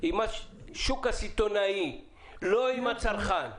עם השוק הסיטונאי ולא עם הצרכן.